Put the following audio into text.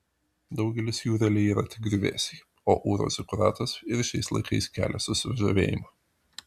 daugelis jų realiai yra tik griuvėsiai o ūro zikuratas ir šiais laikais kelia susižavėjimą